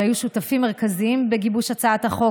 שהיו שותפים מרכזיים בגיבוש הצעת החוק,